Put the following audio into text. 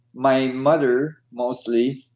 my mother mostly,